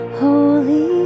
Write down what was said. holy